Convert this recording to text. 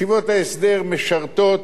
ישיבות ההסדר משרתות,